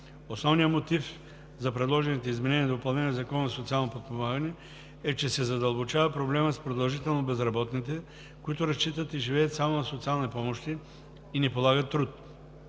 Основният мотив за предложените изменения и допълнения в Закона за социално подпомагане е, че се задълбочава проблемът с „продължително безработните“, които разчитат и живеят само на социални помощи и не полагат труд.